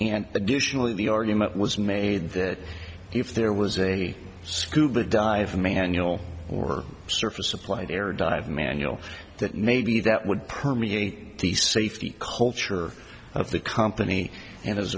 and additionally the argument was made that if there was a scuba dive manual or surface supplied air or dive manual that maybe that would permeate the safety culture of the company and as